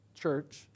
church